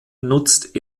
nutzt